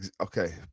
Okay